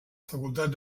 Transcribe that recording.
facultat